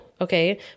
Okay